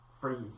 freeze